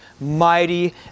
mighty